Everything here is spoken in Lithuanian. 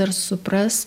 ar supras